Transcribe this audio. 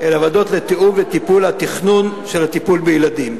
אלא אלו ועדות לתיאום וטיפול התכנון של הטיפול בילדים.